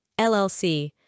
LLC